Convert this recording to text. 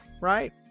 right